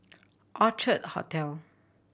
Orchard Hotel